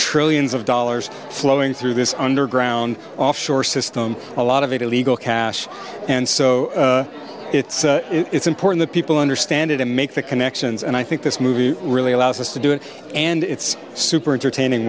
trillions of dollars flowing through this underground offshore system a lot of illegal cash and so it's it's important that people understand it and make the connections and i think this movie really allows us to do it and it's super entertaining